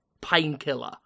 painkiller